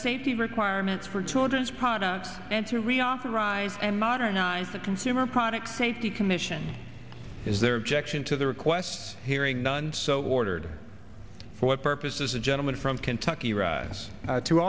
states the requirements for children's products and to reauthorize and modernize the consumer product safety commission is their objection to their requests hearing none so ordered for what purpose does the gentleman from kentucky rise to